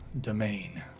domain